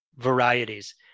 varieties